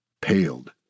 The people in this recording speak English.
paled